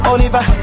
Oliver